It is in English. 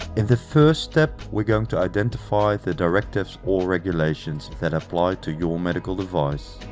in the first step we're going to identify the directives or regulations that apply to your medical device.